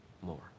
more